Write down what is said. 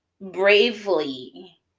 bravely